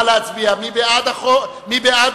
קבוצת